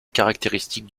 caractéristiques